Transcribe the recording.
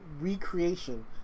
recreation